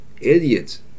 Idiots